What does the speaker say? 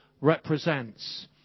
represents